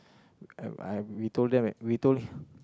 uh I we told them that we told